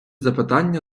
запитання